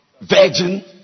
virgin